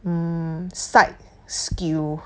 mm side skill